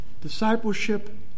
discipleship